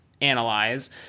analyze